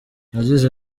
yagize